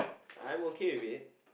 I'm okay with it